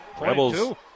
Rebels